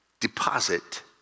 deposit